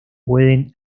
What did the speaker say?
pueden